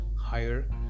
higher